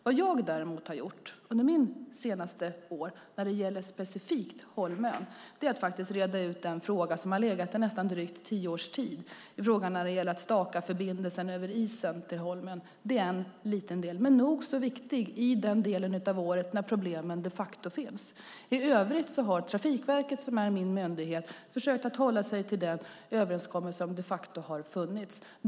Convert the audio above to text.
Vad jag däremot har gjort under det senaste året när det gäller specifikt Holmön är att faktiskt reda ut den fråga som har legat i drygt tio års tid, nämligen frågan om att staka förbindelsen över isen till Holmön. Det är en liten del, men nog så viktig under den del av året när problemen finns. I övrigt har Trafikverket, som är min myndighet, försökt hålla sig till den överenskommelse som de facto har funnits.